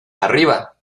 arriba